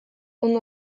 ondo